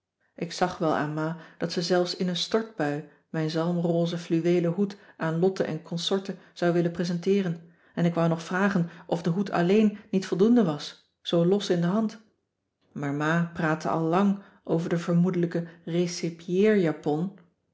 ik zag wel aan ma dat ze zelfs in een stortbui mijn zalmrose fluweelen hoed aan lotte en consorten zou willen presenteeren en ik wou nog vragen of de hoed alleen niet voldoende was zoo los in de hand maar ma praatte al lang over de vermoedelijke